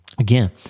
Again